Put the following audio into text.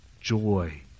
joy